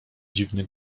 dziwny